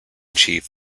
chief